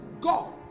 God